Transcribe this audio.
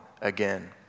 again